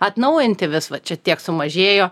atnaujinti vis va čia tiek sumažėjo